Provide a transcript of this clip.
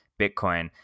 Bitcoin